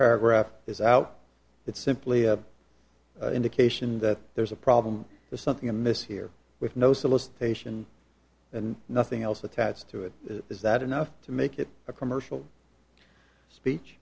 paragraph is out it's simply have indication that there's a problem or something amiss here with no solicitation and nothing else attached to it is that enough to make it a commercial